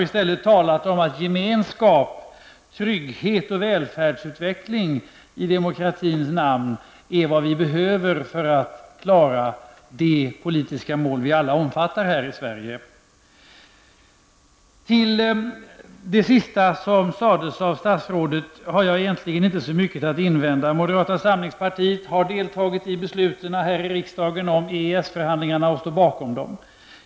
I stället har jag sagt att gemenskap, trygghet och välfärdsutveckling i demokratins namn är vad vi behöver för att klara de politiska mål som vi alla omfattar här i Sverige. Mot det sista som sades av statsrådet har jag egentligen inte särskilt mycket att invända. Moderata samlingspartiet har deltagit i besluten här i riksdagen beträffande EES-förhandlingarna och står bakom dem.